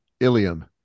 Ilium